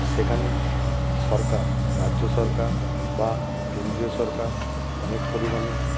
সেখানে সরকার রাজ্য সরকার বা কেন্দ্রীয় সরকার অনেক পরিমাণে